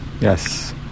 Yes